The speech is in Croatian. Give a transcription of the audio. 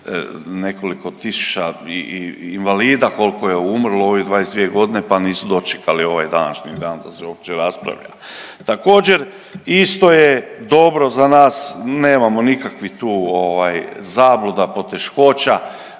nekoliko tisuća i invalida, koliko je umrlo u ovih 22 godine pa nisu dočekali ovaj današnji dan da se uopće raspravlja. Također, isto je dobro za nas, nemamo nikakvih tu zabluda, poteškoća,